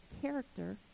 character